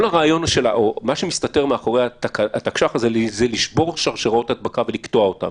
מה שמסתתר מאחורי התקש"ח הזה זה לשבור את שרשראות ההדבקה ולקטוע אותן.